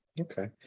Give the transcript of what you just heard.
Okay